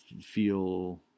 feel